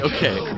Okay